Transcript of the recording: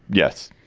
yes.